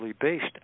based